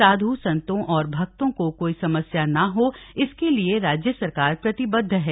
साधु संतों और भक्तों को कोई समस्या न हो इसके लिए राज्य सरकार प्रतिबद्व है